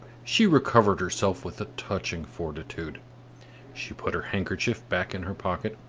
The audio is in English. she recovered herself with a touching fortitude she put her handkerchief back in her pocket,